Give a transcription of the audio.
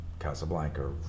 Casablanca